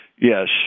Yes